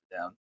down